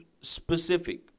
specific